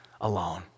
alone